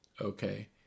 Okay